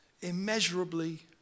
immeasurably